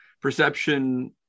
perception